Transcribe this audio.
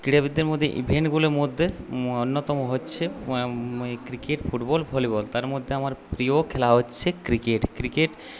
ক্রীড়াবিদদের মধ্যে ইভেন্টগুলির মধ্যে অন্যতম হচ্ছে ক্রিকেট ফুটবল ভলিবল তার মধ্যে আমার প্রিয় খেলা হচ্ছে ক্রিকেট ক্রিকেট